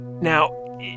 Now